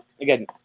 again